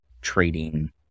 trading